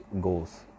goals